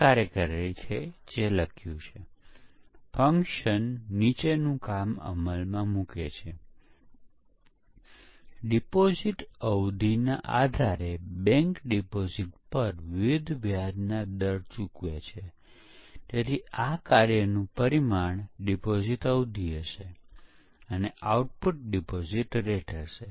તેથી ડેવલપમેંટ સમયના 90 ટકા અન્ય પ્રવૃત્તિઓ જેવી કે સ્પષ્ટીકરણ ડિઝાઇન કોડિંગ માટે લેવામાં આવે છે જેને માત્ર 50 ટકા પ્રયાસની જ જરૂર છે